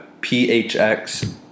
PHX